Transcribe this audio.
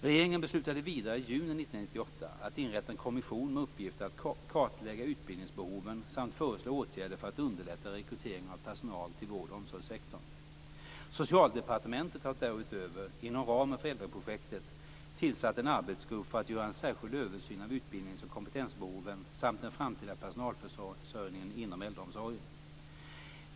Regeringen beslutade vidare i juni 1998 att inrätta en kommission med uppgift att kartlägga utbildningsbehoven samt föreslå åtgärder för att underlätta rekryteringen av personal till vård och omsorgssektorn. Socialdepartementet har därutöver, inom ramen för äldreprojektet, tillsatt en arbetsgrupp för att göra en särskild översyn av utbildnings och kompetensbehoven samt den framtida personalförsörjningen inom äldreomsorgen.